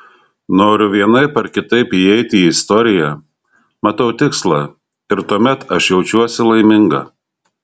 noriu vienaip ar kitaip įeiti į istoriją matau tikslą ir tuomet aš jaučiuosi laiminga